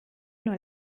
nur